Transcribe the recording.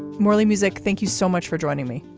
mallie music, thank you so much for joining me.